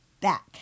back